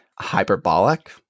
hyperbolic